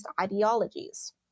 ideologies